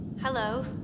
Hello